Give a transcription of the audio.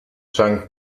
junk